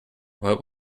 what